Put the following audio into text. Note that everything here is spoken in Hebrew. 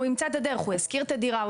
הוא ישכיר את הדירה,